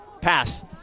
Pass